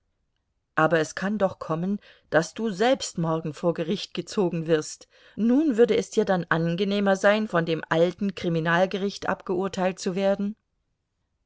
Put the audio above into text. aber es kann doch kommen daß du selbst morgen vor gericht gezogen wirst nun würde es dir dann an genehmer sein von dem alten kriminalgericht abgeurteilt zu werden